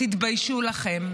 תתביישו לכם.